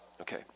Okay